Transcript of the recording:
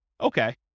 Okay